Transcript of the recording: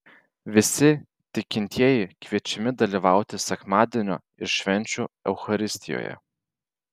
visi tikintieji kviečiami dalyvauti sekmadienio ir švenčių eucharistijoje